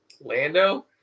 Lando